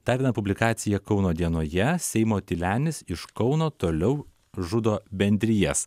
dar viena publikacija kauno dienoje seimo tylenis iš kauno toliau žudo bendrijas